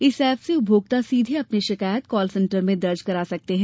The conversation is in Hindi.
इस एप से उपभोक्ता सीधे अपनी शिकायत कॉल सेंटर में दर्ज करा सकते हैं